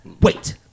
wait